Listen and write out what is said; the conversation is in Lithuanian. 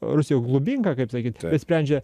rusijos glubynka kaip sakyt bet sprendžia